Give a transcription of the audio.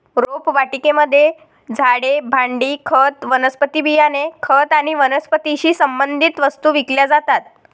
रोपवाटिकेमध्ये झाडे, भांडी, खत, वनस्पती बियाणे, खत आणि वनस्पतीशी संबंधित वस्तू विकल्या जातात